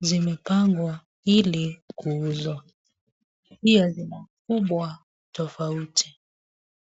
zimepangwa ili kuuzwa. Pia zina ukubwa tofauti.